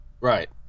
Right